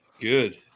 good